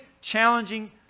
challenging